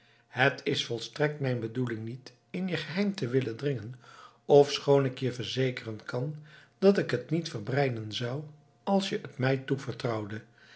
het is volstrekt mijn bedoeling niet in je geheim te willen dringen ofschoon ik je verzekeren kan dat ik het niet verbreiden zou als je het mij toevertrouwde